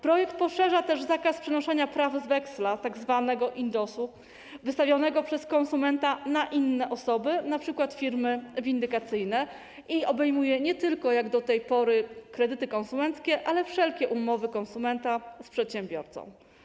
Projekt poszerza też zakaz przenoszenia praw z weksla, tzw. indosu, wystawionego przez konsumenta na inne osoby, np. firmy windykacyjne, i obejmuje nie tylko, jak do tej pory, kredyty konsumenckie, ale wszelkie umowy konsumenta z przedsiębiorcą.